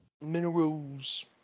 Minerals